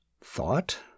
Thought